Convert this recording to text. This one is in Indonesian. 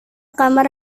kamar